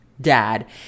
dad